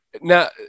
Now